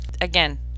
again